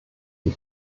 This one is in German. die